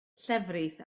llefrith